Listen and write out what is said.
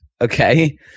Okay